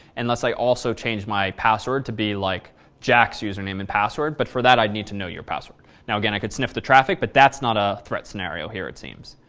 unless i also change my password to be like jack's username and password. but for that, i'd need to know your password. now, again, i could sniff the traffic, but that's not a threat scenario here, it seems.